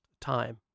time